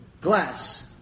glass